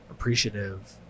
appreciative